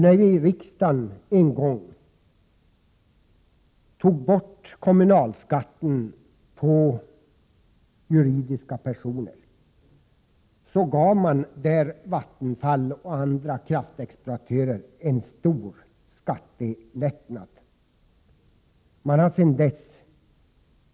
När riksdagen en gång avskaffade juridiska personers skattskyldighet till kommunerna, gav riksdagen Vattenfall och andra kraftexploatörer en stor skattelättnad.